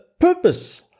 purpose